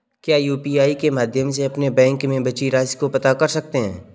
क्या यू.पी.आई के माध्यम से अपने बैंक में बची राशि को पता कर सकते हैं?